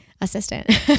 Assistant